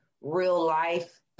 real-life